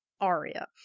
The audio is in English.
Aria